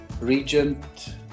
Regent